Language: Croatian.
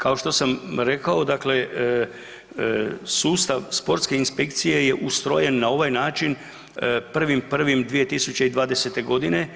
Kao što sam rekao, dakle sustav sportske inspekcije je ustrojen na ovaj način 1.1.2020. godine.